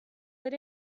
that